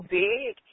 big